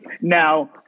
Now